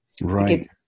Right